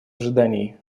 ожидании